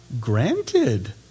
granted